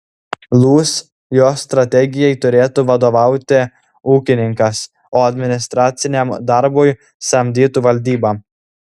lūs jos strategijai turėtų vadovauti ūkininkas o administraciniam darbui samdytų valdybą